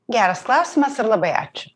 geras klausimas ir labai ačiū